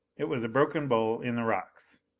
it was a broken bowl in the rocks,